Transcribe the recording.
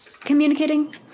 Communicating